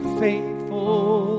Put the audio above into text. faithful